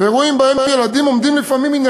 ואירועים שבהם ילדים עומדים לפעמים מן